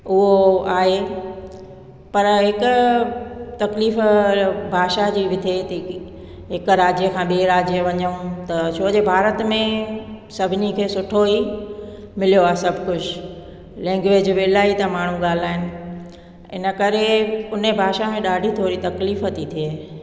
उहो आहे पर हिकु तकलीफ़ु भाषा जी बि थिए थी की हिकु राज्य खां ॿिए राज्य वञूं त छोजो भारत में सभिनी खे सुठो ई मिलियो आहे सभु कुझु लैंग्वेज बि इलाही त माण्हू ॻाल्हाइनि इन करे उन भाषा में ॾाढी थोरी तकलीफ़ थी थिए